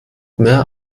mehr